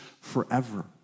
forever